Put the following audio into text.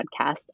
podcast